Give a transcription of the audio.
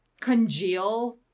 congeal